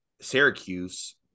Syracuse